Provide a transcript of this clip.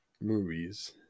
movies